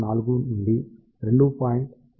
4 నుండి 2